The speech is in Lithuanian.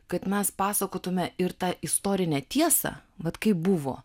kad mes pasakotume ir tą istorinę tiesą vat kaip buvo